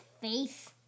face